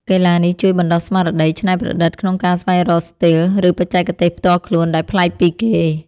កីឡានេះជួយបណ្ដុះស្មារតីច្នៃប្រឌិតក្នុងការស្វែងរកស្ទីល ឬបច្ចេកទេសផ្ទាល់ខ្លួនដែលប្លែកពីគេ។